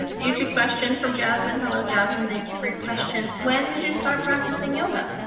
ah youtube question from jasmine. hello. jasmine. thank you for your question. when did you start practicing yoga?